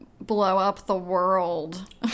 blow-up-the-world